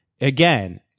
Again